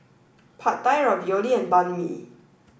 Pad Thai Ravioli and Banh Mi